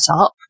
up